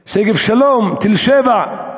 שגב-שלום, תל-שבע,